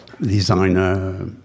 designer